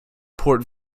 port